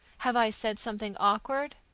have i said something awkward?